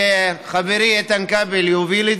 שחברי איתן כבל יוביל,